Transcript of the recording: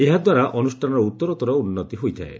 ଏହାଦ୍ୱାରା ଅନୁଷ୍ଠାନର ଉତ୍ତରୋଭର ଉନ୍ନତି ହୋଇଥାଏ